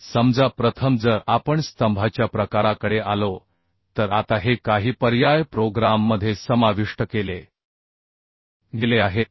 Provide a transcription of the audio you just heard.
आता समजा प्रथम जर आपण स्तंभाच्या प्रकाराकडे आलो तर आता हे काही पर्याय प्रोग्राममध्ये समाविष्ट केले गेले आहेत